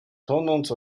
tonąc